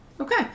Okay